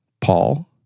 Paul